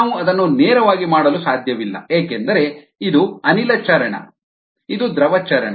ನಾವು ಅದನ್ನು ನೇರವಾಗಿ ಮಾಡಲು ಸಾಧ್ಯವಿಲ್ಲ ಏಕೆಂದರೆ ಇದು ಅನಿಲ ಚರಣ ಇದು ದ್ರವ ಚರಣ